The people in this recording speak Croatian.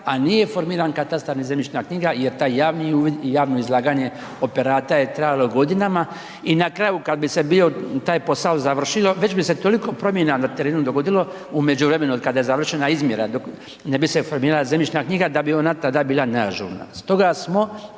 a nije formirana katastar ni zemljišna knjiga jer taj javni uvid i javno izlaganje operata je trajalo godinama i na kraju kad bi se bio taj posao završilo, već bi s toliko promjena na terenu dogodilo u međuvremenu od kada je završena izmjera do ne bi se formirala zemljišna knjiga da bi ona tada bila neažurna